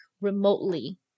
remotely